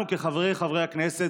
אנחנו כחברי הכנסת,